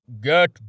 Get